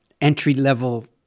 entry-level